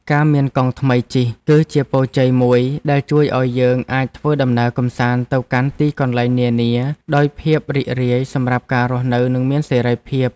ការមានកង់ថ្មីជិះគឺជាពរជ័យមួយដែលជួយឱ្យយើងអាចធ្វើដំណើរកម្សាន្តទៅកាន់ទីកន្លែងនានាដោយភាពរីករាយសម្រាប់ការរស់នៅនិងមានសេរីភាព។